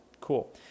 Cool